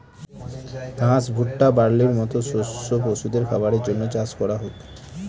ঘাস, ভুট্টা, বার্লির মতো শস্য পশুদের খাবারের জন্য চাষ করা হোক